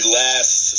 last